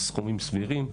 אלה סכומים סבירים.